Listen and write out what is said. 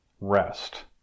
rest